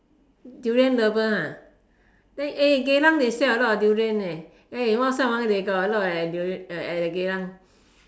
durian lover ah then eh Geylang they sell a lot of durian leh ah they got a lot at the Geylang